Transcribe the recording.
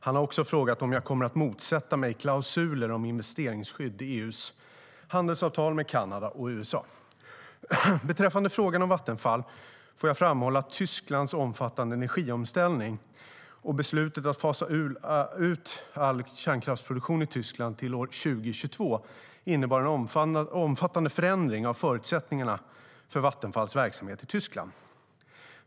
Han har också frågat om jag kommer att motsätta mig klausuler om investeringsskydd i EU:s handelsavtal med Kanada och USA.Beträffande frågan om Vattenfall får jag framhålla att Tysklands omfattande energiomställning och beslutet att fasa ut all kärnkraftsproduktion i Tyskland till år 2022 innebar en omfattande förändring av förutsättningarna för Vattenfalls verksamhet i Tyskland.